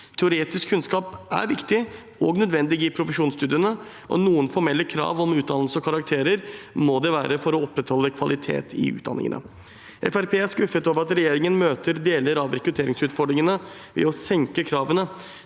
Teoretisk kunnskap er viktig og nødvendig i profesjonsstudiene, og noen formelle krav om utdannelse og karakterer må det være for å opprettholde kvalitet i utdanningene. Fremskrittspartiet er skuffet over at regjeringen møter deler av rekrutteringsutfordringene ved å senke kravene.